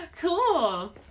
Cool